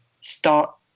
start